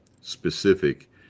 specific